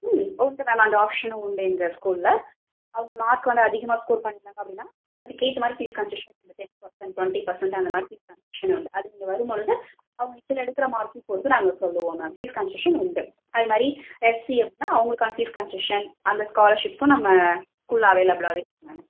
ம் உண்டு மேம் அந்த ஆப்ஷனும் உண்டு எங்கள் ஸ்கூலில் அவங்க மார்க் வந்து அதிகமாக ஸ்கோர் பண்ணிட்டாங்க அப்படின்னா அதுக்கேற்ற மாதிரி ஃபீஸ் கன்சஷன் உண்டு டென் பர்சன்ட் டிவெண்ட்டி பர்சன்ட் அந்தமாதிரி ஃபீஸ் கன்சஷன் உண்டு அது நீங்கள் வரும்பொழுது அவங்க இதில் எடுக்கிற மார்க்கையும் பொறுத்து நாங்கள் சொல்லுவோம் மேம் ஃபீஸ் கன்சஷன் உண்டு அதுமாதிரி எஸ்சி அப்படினா அவங்களுக்கான ஃபீஸ் கன்சஷன் அந்த ஸ்காலர்ஷிப்க்கும் நம்ம ஸ்கூலில் அவைளபிலாக இருக்குது மேம்